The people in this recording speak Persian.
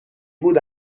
بود